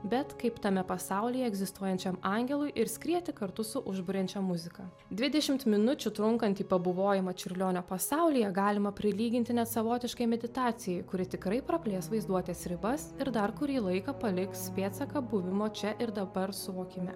bet kaip tame pasaulyje egzistuojančiam angelui ir skrieti kartu su užburiančia muzika dvidešimt minučių trunkantį pabuvojimą čiurlionio pasaulyje galima prilyginti net savotiškai meditacijai kuri tikrai praplės vaizduotės ribas ir dar kurį laiką paliks pėdsaką buvimo čia ir dabar suvokime